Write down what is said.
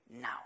now